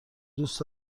دوست